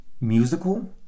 musical